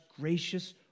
gracious